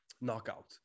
Knockout